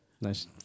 nice